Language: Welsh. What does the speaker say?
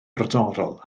brodorol